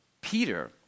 Peter